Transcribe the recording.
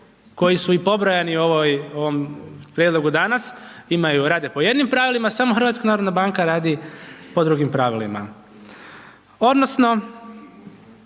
koji su i pobrojani u ovom prijedlogu danas imaju, rade po jednim pravilima, samo HNB radi po drugim pravilima. Odnosno,